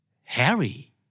Harry